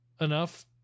enough